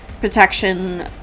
protection